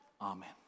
Amen